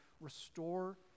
Restore